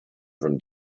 from